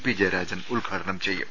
P Jayarajan ഉദ്ഘാടനം ചെയ്യും